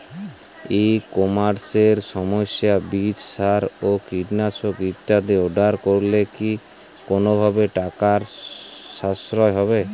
ই কমার্সের সাহায্যে বীজ সার ও কীটনাশক ইত্যাদি অর্ডার করলে কি কোনোভাবে টাকার সাশ্রয় হবে?